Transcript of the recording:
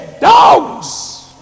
dogs